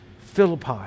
Philippi